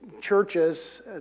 churches